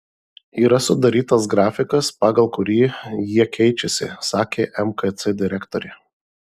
yra sudarytas grafikas pagal kurį jie keičiasi sakė mkc direktorė